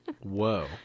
Whoa